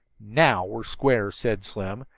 now we're square, said slim,